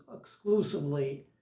exclusively